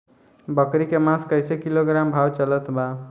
बकरी के मांस कईसे किलोग्राम भाव चलत बा?